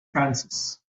francis